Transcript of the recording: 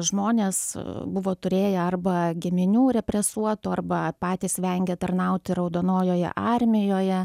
žmonės buvo turėję arba giminių represuotų arba patys vengė tarnauti raudonojoje armijoje